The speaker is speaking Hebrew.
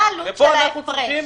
מה העלות של ההפרש.